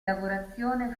lavorazione